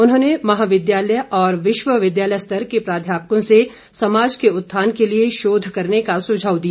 उन्होंने महाविद्यालय और विश्वविद्यालय स्तर के प्राध्यापकों से समाज के उत्थान के लिए शोध करने का सुझाव दिया